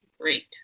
great